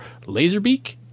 Laserbeak